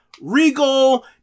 regal